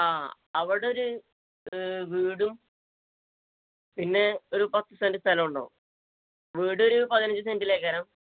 ആ അവിടെയൊരു വീടും പിന്നെയൊരു പത്ത് സെൻറ് സ്ഥലവുമുണ്ടാകും വീടൊരു പതിനഞ്ച് സെൻറ്റില് വരും